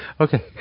Okay